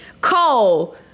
Cole